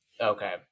okay